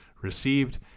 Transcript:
received